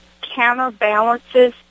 counterbalances